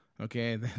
okay